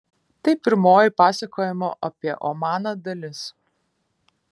tai pirmoji pasakojimo apie omaną dalis